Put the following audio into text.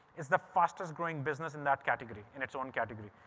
is the fastest growing business in that category, in its own category.